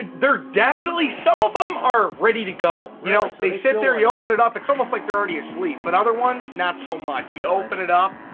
they're definitely, some of em are ready to go, you know, they sit there, you open it up, it's almost like they're already asleep, but other ones, not so much. you open it up,